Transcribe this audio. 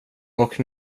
och